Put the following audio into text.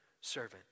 servant